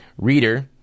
reader